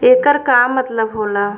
येकर का मतलब होला?